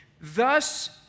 Thus